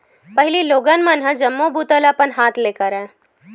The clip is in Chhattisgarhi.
पहिली लोगन मन ह जम्मो बूता ल अपन हाथ ले करय